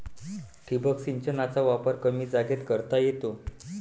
ठिबक सिंचनाचा वापर कमी जागेत करता येतो